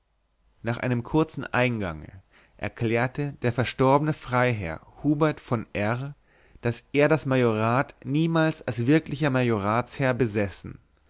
nach einem kurzen eingange erklärte der verstorbene freiherr hubert v r daß er das majorat niemals als wirklicher majoratsherr besessen